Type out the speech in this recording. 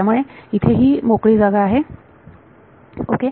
त्यामुळेच इथे ही मोकळी जागा आहेओके